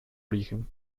origen